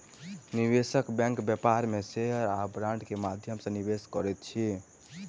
निवेशक बैंक व्यापार में शेयर आ बांड के माध्यम सॅ निवेश करैत अछि